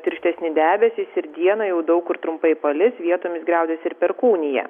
tirštesni debesys ir dieną jau daug kur trumpai palis vietomis griaudės ir perkūnija